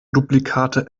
duplikate